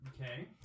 Okay